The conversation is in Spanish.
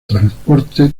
transporte